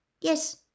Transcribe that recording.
Yes